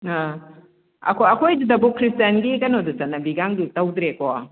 ꯑꯥ ꯑꯩꯈꯣꯏ ꯑꯩꯈꯣꯏ ꯗꯨꯗꯕꯧ ꯈ꯭ꯔꯤꯁꯇꯦꯟꯒꯤ ꯀꯩꯅꯣꯒꯤ ꯆꯠꯅꯕꯤꯒꯗꯨ ꯇꯧꯗ꯭ꯔꯦꯀꯣ